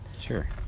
Sure